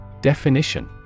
Definition